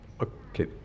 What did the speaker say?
Okay